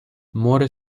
muore